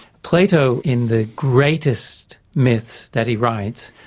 plato in the greatest myths that he writes,